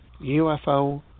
UFO